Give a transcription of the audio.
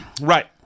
Right